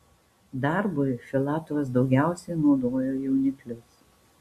darbui filatovas daugiausiai naudojo jauniklius